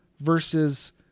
versus